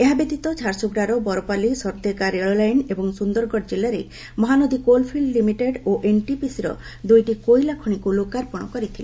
ଏତଦ୍ବ୍ୟତୀତ ଝାରସୁଗୁଡ଼ାର ବରପାଲି ସର୍ଦେଗା ରେଳଲାଇନ୍ ଏବଂ ସୁନ୍ଦରଗଡ଼ ଜିଲ୍ଲାରେ ମହାନଦୀ କୋଲ୍ଫିଲ୍ଡ ଲିମିଟେଡ୍ ଓ ଏନ୍ଟିପିସିର ଦୁଇଟି କୋଇଲା ଖଣିକୁ ଲୋକାର୍ପଣ କରିଥିଲେ